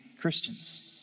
Christians